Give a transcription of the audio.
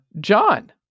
John